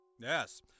Yes